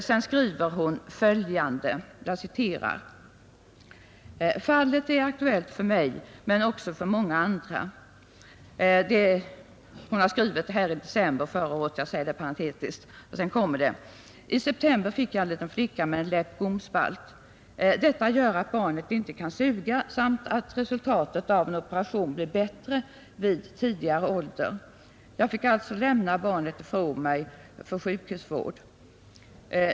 Sedan skriver hon följande: ”Fallet är aktuellt för mig men också för många andra.” Brevet är skrivet i december förra året — jag nämner detta parentetiskt. ”I september fick jag en liten flicka med en läpp-gom-spalt. Detta gör att barnet inte kan suga samt att resultatet av en operation blir bättre vid tidigare ålder. Jag fick alltså lämna barnet ifrån mig för sjukhusvård.